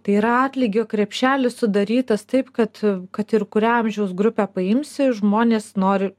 tai yra atlygio krepšelis sudarytas taip kad kad ir kurią amžiaus grupę paimsi žmonės nori